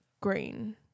Green